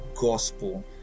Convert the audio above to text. gospel